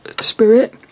spirit